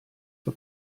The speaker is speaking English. for